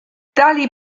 tali